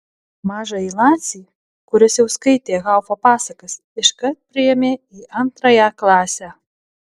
mažąjį lacį kuris jau skaitė haufo pasakas iškart priėmė į antrąją klasę